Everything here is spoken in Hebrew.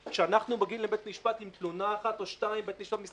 קיבלתי את זה הרבה אחרי שהפרצה הזאת נסגרה.